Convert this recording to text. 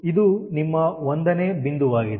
ಇದು ನಿಮ್ಮ 1ನೇ ಬಿಂದುವಾಗಿದೆ